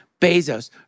Bezos